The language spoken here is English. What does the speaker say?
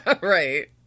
right